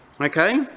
Okay